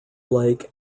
lake